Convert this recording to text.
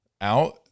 out